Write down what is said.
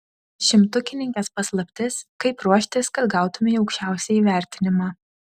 šimtukininkės paslaptis kaip ruoštis kad gautumei aukščiausią įvertinimą